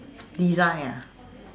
design ah